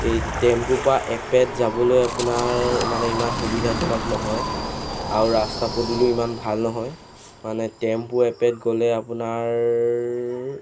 এই টেম্পু বা এপেত যাবলৈ আপোনাৰ মানে ইমান সুবিধাজনক নহয় আৰু ৰাস্তা পদূলিও ইমান ভাল নহয় মানে টেম্পু এপেত গ'লে আপোনাৰ